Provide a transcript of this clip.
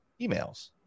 emails